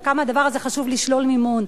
וכמה הדבר הזה חשוב לשלול מימון.